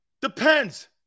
Depends